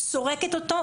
סורקת אותו,